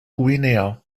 guinea